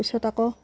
পিছত আকৌ